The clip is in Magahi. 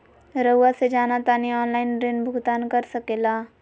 रहुआ से जाना तानी ऑनलाइन ऋण भुगतान कर सके ला?